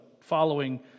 following